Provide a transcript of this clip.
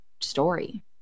story